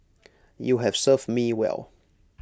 you have served me well